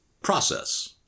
Process